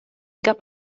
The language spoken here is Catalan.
cap